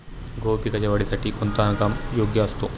गहू पिकाच्या वाढीसाठी कोणता हंगाम योग्य असतो?